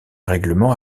règlement